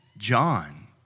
John